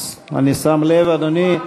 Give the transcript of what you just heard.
אני שם לב, אדוני.